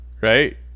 Right